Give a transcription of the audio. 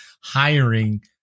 hiring